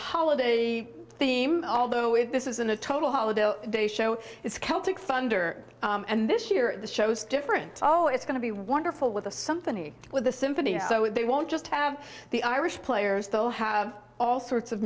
holiday theme although if this isn't a total holiday they show it's celtic thunder and this year the shows different oh it's going to be wonderful with a something with the symphony so they won't just have the irish players they'll have all sorts of